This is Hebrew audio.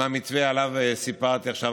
מהמתווה המוסכם שעליו סיפרתי עכשיו,